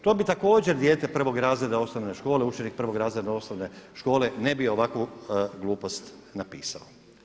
To bi također dijete prvog razreda osnovne škole, učenik prvog razreda osnovne škole ne bi ovakvu glupost napisao.